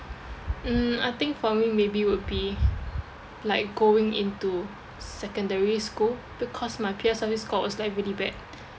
mm I think for me maybe would be like going into secondary school because my P_S_L_E score was like really bad